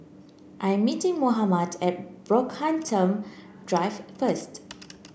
I am meeting Mohamed at Brockhampton Drive first